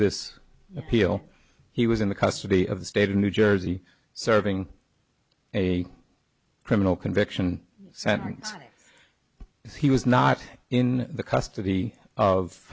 this appeal he was in the custody of the state of new jersey serving a criminal conviction sentence if he was not in the custody of